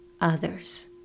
others